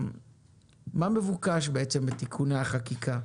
מה מבוקש בתיקוני החקיקה?